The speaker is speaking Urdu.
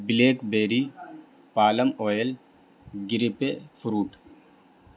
بلیک بیری پالم آئل گریپے فروٹ